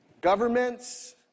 governments